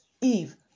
Eve